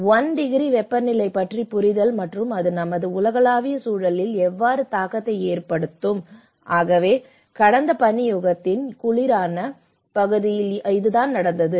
இது 1 டிகிரி வெப்பநிலை பற்றிய புரிதல் மற்றும் அது நமது உலகளாவிய சூழலில் எவ்வாறு தாக்கத்தை ஏற்படுத்தும் ஆகவே கடந்த பனி யுகத்தின் குளிரான பகுதியில் இதுதான் நடந்தது